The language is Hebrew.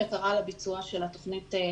בקרה על הביצוע של המתווה,